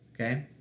okay